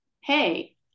Hey